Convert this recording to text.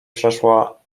przeszła